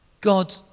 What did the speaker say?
God